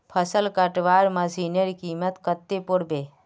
फसल कटवार मशीनेर कीमत कत्ते पोर बे